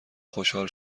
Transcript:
خوشحال